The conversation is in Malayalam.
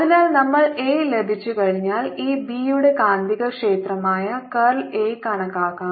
അതിനാൽ നമുക്ക് എ ലഭിച്ചുകഴിഞ്ഞാൽ ഈ ബി യുടെ കാന്തികക്ഷേത്രമായ കർൾ എ കണക്കാക്കാം